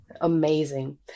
Amazing